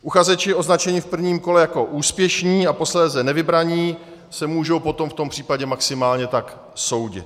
Uchazeči označení v prvním kole jako úspěšní a posléze nevybraní se můžou potom v tom případě maximálně tak soudit.